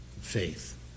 faith